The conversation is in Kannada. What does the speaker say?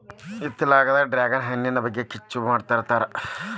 ಇತ್ತಿತ್ತಲಾಗ ಡ್ರ್ಯಾಗನ್ ಹಣ್ಣಿನ ಬಗ್ಗೆ ಹೆಚ್ಚು ಮಾತಾಡಾಕತ್ತಾರ